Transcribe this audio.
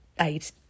eight